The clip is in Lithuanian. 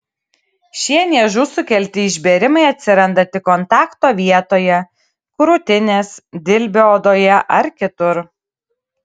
šie niežų sukelti išbėrimai atsiranda tik kontakto vietoje krūtinės dilbio odoje ar kitur